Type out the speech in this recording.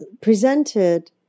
presented